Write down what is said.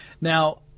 Now